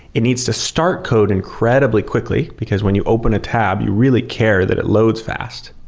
it needs to start code incredibly quickly, because when you open a tab, you really care that it loads fast,